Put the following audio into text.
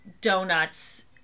Donuts